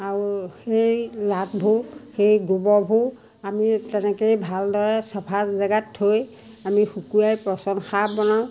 আৰু সেই লাটবোৰ সেই গোবৰবোৰ আমি তেনেকৈয়ে ভালদৰে চাফা জেগাত থৈ আমি শুকুৱাই পচন সাৰ বনাওঁ